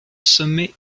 sommet